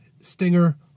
Stinger